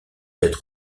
être